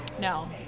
No